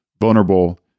vulnerable